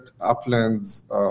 uplands